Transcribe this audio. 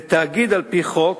לתאגיד על-פי חוק,